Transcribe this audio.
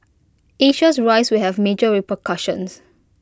Asia's rise will have major repercussions